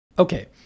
Okay